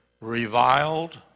reviled